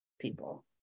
people